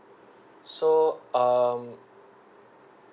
so um